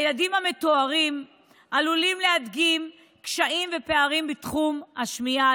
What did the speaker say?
הילדים המתוארים עלולים להדגים קשיים ופערים בתחום השמיעה,